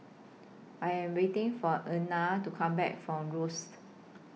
I Am waiting For Ena to Come Back from Rosyth